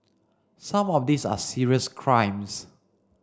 some of these are serious crimes